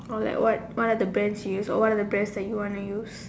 oh like what what are the Brands you use or what are the brands that you wanna use